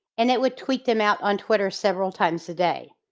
and it would tweet them out on twitter several times a day.